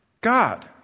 God